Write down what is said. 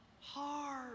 hard